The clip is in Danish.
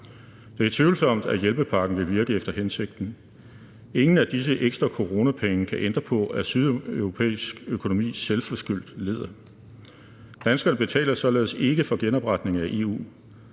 Det er tvivlsomt, at hjælpepakken vil virke efter hensigten. Ingen af disse ekstra coronapenge kan ændre på, at de sydeuropæiske økonomier selvforskyldt lider. Danskerne betaler således ikke for genopretningen af EU;